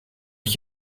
ich